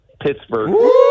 Pittsburgh